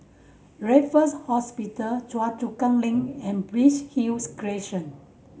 Raffles Hospital Choa Chu Kang Link and Bright Hill Crescent